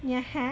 yeah ha